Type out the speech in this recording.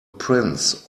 prince